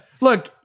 look